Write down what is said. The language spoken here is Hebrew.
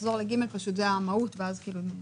שזאת המהות.